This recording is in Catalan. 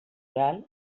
oral